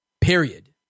Period